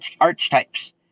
archetypes